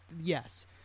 Yes